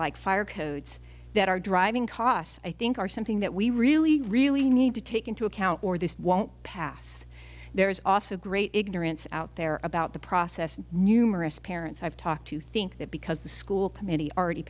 like fire codes that are driving costs i think are something that we really really need to take into account or this won't pass there's also a great ignorance out there about the process and numerous parents i've talked to think that because the school committee already